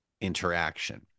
interaction